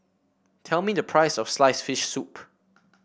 tell me the price of sliced fish soup